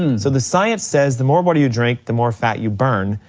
and so the science says the more water you drink, the more fat you burn,